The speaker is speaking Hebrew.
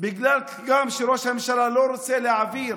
גם בגלל שראש הממשלה לא רוצה להעביר